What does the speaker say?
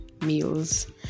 meals